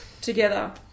together